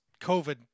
COVID